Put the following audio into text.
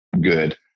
good